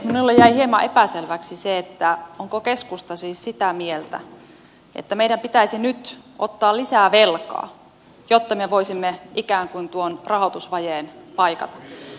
minulle jäi hieman epäselväksi se onko keskusta siis sitä mieltä että meidän pitäisi nyt ottaa lisää velkaa jotta me voisimme ikään kuin tuon rahoitusvajeen paikata